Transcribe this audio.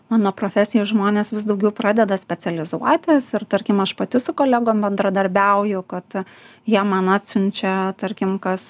mano profesijos žmonės vis daugiau pradeda specializuotis ir tarkim aš pati su kolegom bendradarbiauju kad jie man atsiunčia tarkim kas